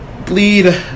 bleed